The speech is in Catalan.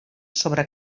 sobre